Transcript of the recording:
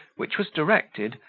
which was directed,